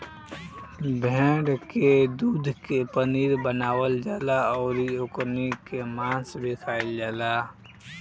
भेड़ के दूध के पनीर बनावल जाला अउरी ओकनी के मांस भी खाईल जाला